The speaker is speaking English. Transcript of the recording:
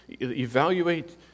evaluate